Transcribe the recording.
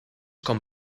con